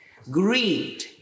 Greed